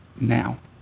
now